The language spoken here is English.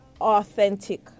authentic